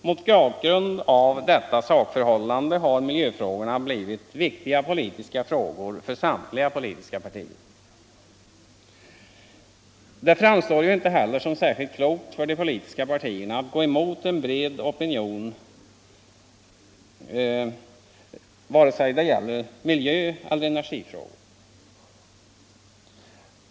Mot bakgrund av detta sakförhållande har miljöfrågorna blivit viktiga politiska frågor för samtliga politiska partier. Det framstår ju inte heller som särskilt klokt för de politiska partierna att gå emot en bred opinion vare sig det gäller miljöeller energifrågor.